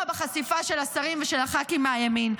בחשיפה של השרים ושל הח"כים מהימין,